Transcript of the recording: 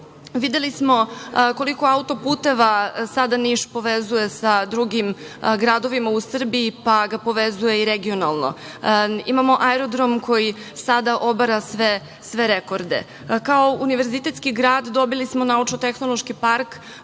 Videli smo koliko autoputeva sada Niš povezuje sa drugim gradovima u Srbiji, pa ga povezuje i regionalno. Imamo i aerodrom koji sada obara sve rekorde. Kao univerzitetski grad, dobili smo Naučno-tehnološki park,